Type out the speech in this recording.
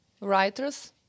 writers